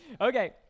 Okay